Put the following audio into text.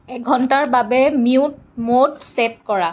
এঘন্টাৰ বাবে mute mode set কৰা